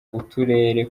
uturere